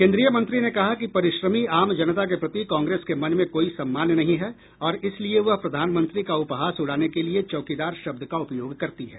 केन्द्रीय मंत्री ने कहा कि परिश्रमी आम जनता के प्रति कांग्रेस के मन में कोई सम्मान नहीं है और इसलिए वह प्रधानमंत्री का उपहास उड़ाने के लिए चौकीदार शब्द का उपयोग करती है